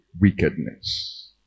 wickedness